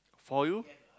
for you